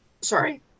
Sorry